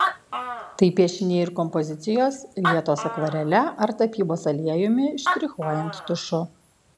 tai piešiniai ir kompozicijos lietos akvarele ar tapybos aliejumi štrichuojant tušu